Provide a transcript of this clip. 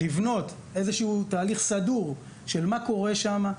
לבנות תהליך סדור של מה קורה שם,